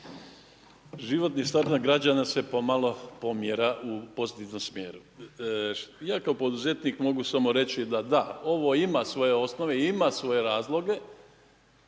životni standard građana se pomalo pomjera u pozitivnom smjeru. Ja kao poduzetnik mogu samo reći da da, ovo ima svoje osnove i ima svoje razloge,